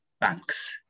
banks